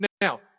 Now